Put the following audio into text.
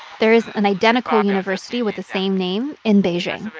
there is an identical university with the same name in beijing.